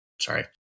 sorry